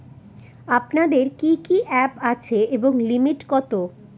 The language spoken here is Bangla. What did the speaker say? আপনাদের কি কি অ্যাপ আছে এবং লিমিট কত?